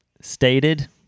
stated